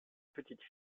petite